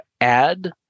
add